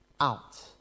out